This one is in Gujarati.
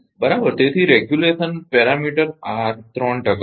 તેથી નિયમન પરિમાણ આર 3 ટકા છે